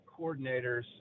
coordinators